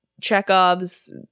Chekhov's